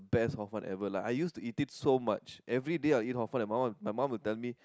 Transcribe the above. best Hor-Fun ever lah I used to eat it so much everyday I'll eat Hor-Fun and my mum my mum would tell me